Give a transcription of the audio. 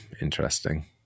Interesting